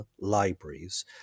libraries